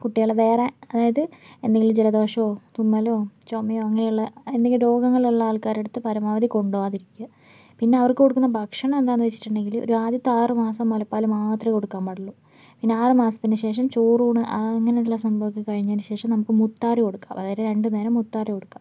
കുട്ടികൾ വേറെ അതായത് എന്തെങ്കിലും ജലദോഷമോ തുമ്മലോ ചുമയോ അങ്ങനെയുള്ള എന്തെങ്കിലും രോഗങ്ങളുള്ള ആൾക്കാരെ അടുത്ത് പരമാവധി കൊണ്ട് പോകാതിരിക്കുക പിന്നെ അവർക്ക് കൊടുക്കുന്ന ഭക്ഷണം എന്താ എന്ന് വെച്ചിട്ടുണ്ടെങ്കിൽ ഒരു ആദ്യത്തെ ആറുമാസം മുലപ്പാൽ മാത്രമേ കൊടുക്കാൻ പാടുള്ളു പിന്നെ ആറുമാസത്തിനുശേഷം ചോറൂണ് അങ്ങനെയുള്ള സംഭവമൊക്കെ കഴിഞ്ഞതിനു ശേഷം നമുക്ക് മുത്താറി കൊടുക്കാം അതായത് രണ്ടു നേരം മുത്താറി കൊടുക്കാം